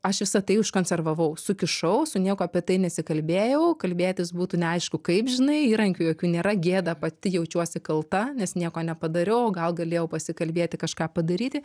aš visa tai užkonservavau sukišau su niekuo apie tai nesikalbėjau kalbėtis būtų neaišku kaip žinai įrankių jokių nėra gėda pati jaučiuosi kalta nes nieko nepadariau o gal galėjau pasikalbėti kažką padaryti